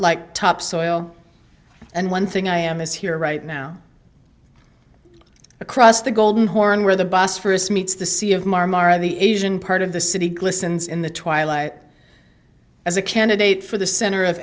like topsoil and one thing i am is here right now across the golden horn where the bosphorus meets the sea of marmara the asian part of the city glistens in the twilight as a candidate for the center of